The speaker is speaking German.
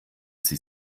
sie